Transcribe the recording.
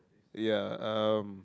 ya um